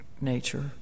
nature